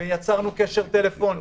ויצרנו קשר טלפוני